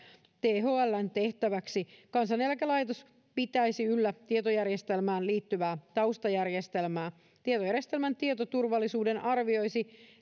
thln tehtäväksi kansaneläkelaitos pitäisi yllä tietojärjestelmään liittyvää taustajärjestelmää tietojärjestelmän tietoturvallisuuden arvioisi